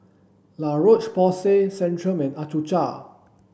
La Roche Porsay Centrum and Accucheck